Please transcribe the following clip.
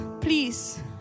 please